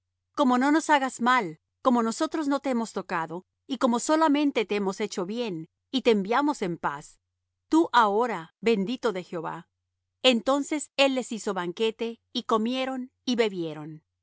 que no nos hagas mal como nosotros no te hemos tocado y como solamente te hemos hecho bien y te enviamos en paz tú ahora bendito de jehová entonces él les hizo banquete y comieron y bebieron